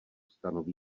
stanoví